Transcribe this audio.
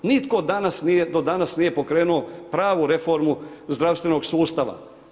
Nitko do danas nije pokrenuo pravu reformu zdravstvenog sustava.